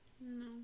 No